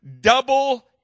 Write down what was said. double